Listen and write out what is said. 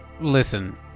Listen